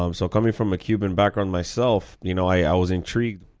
um so coming from a cuban background myself, you know i ah was intrigued,